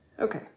Okay